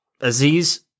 Aziz